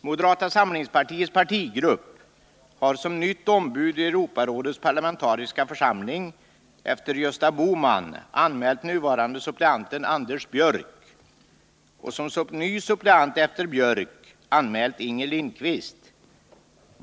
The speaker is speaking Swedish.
Moderata samlingspartiets partigrupp har som nytt ombud i Europarådets parlamentariska församling efter Gösta Bohman anmält nuvarande suppleanten Anders Björck och som ny suppleant efter Björck anmält Inger Lindquist.